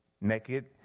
Naked